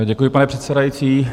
Děkuji, pane předsedající.